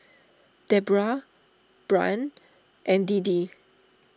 Debra Bryn and Deedee